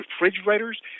refrigerators